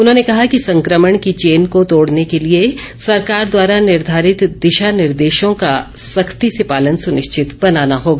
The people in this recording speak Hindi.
उन्होंने कहा कि संक्रमण की चेन को तोड़ने के लिए सरकार द्वारा निर्धारित दिशा निर्देशों का सख्ती से पालन सुनिश्चित बनाना होगा